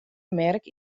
merk